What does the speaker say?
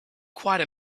quite